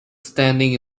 standing